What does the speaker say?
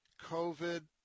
COVID